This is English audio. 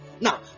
Now